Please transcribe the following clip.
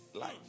life